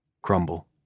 Crumble